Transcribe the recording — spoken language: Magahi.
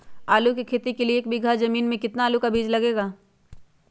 आलू की खेती के लिए एक बीघा जमीन में कितना आलू का बीज लगेगा?